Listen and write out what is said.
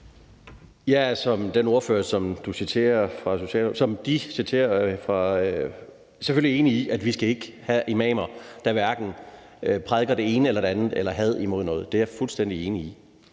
er jeg selvfølgelig enig i, at vi ikke skal have imamer, der prædiker det ene eller det andet og had imod noget. Det er jeg fuldstændig enig i.